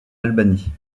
albanie